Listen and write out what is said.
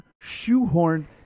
shoehorn